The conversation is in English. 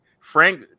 Frank